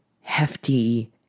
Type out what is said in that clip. hefty